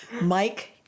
Mike